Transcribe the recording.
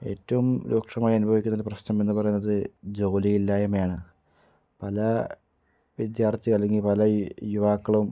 ഏറ്റവും രൂക്ഷമായി അനുഭവിക്കുന്ന പ്രശ്നം എന്ന് പറയുന്നത് ജോലി ഇല്ലായ്മയാണ് പല വിദ്യാർത്ഥി അല്ലെങ്കിൽ പല യുവാക്കളും